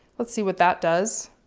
let's see what that does.